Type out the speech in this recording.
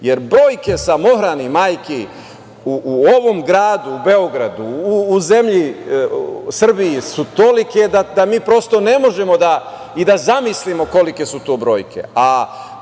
jer broj samohranih majki u ovom gradu, u Beogradu, u zemlji Srbiji su tolike da mi prosto ne možemo ni da zamislimo kolike su to brojke.